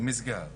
במג'ד אל-כרום,